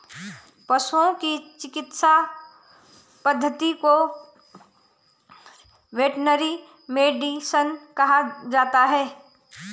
पशुओं की चिकित्सा पद्धति को वेटरनरी मेडिसिन कहा जाता है